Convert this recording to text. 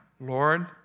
Lord